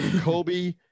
Kobe